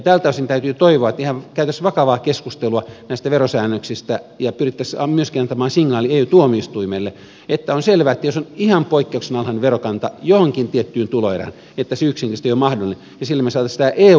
tältä osin täytyy toivoa että ihan käytäisiin vakavaa keskustelua näistä verosäännöksistä ja pyrittäisiin myöskin antamaan signaali eu tuomioistuimelle että on selvä että jos on ihan poikkeuksellisen alhainen verokanta johonkin tiettyyn tuloerään se ei yksinkertaisesti ole mahdollinen ja sillä me saisimme tämän eu alueen kuriin